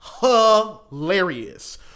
hilarious